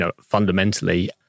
fundamentally